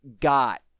got